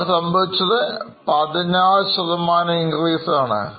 അവിടെ സംഭവിച്ചത് 16 Increase ആണ്